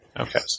okay